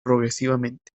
progresivamente